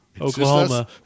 Oklahoma